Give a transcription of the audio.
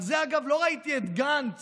על זה, אגב, לא ראיתי את גנץ